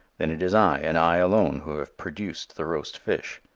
then it is i and i alone who have produced the roast fish.